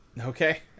Okay